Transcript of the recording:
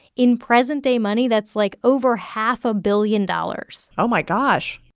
in present-day money, that's, like, over half a billion dollars oh, my gosh.